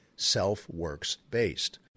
self-works-based